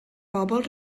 bobl